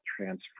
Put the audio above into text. transfer